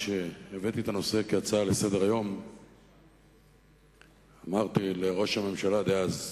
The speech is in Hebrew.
כשהבאתי את הנושא כהצעה לסדר-היום אמרתי לראש הממשלה דאז,